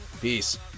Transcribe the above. Peace